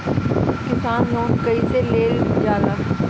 किसान लोन कईसे लेल जाला?